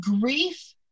grief